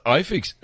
iFix